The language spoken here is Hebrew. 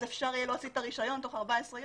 אז אפשר יהיה להוציא את הרישיון תוך 14 ימים,